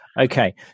Okay